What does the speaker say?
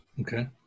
Okay